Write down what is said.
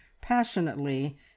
passionately